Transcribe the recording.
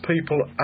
people